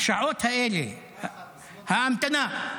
השעות האלה, ההמתנה.